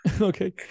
Okay